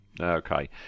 Okay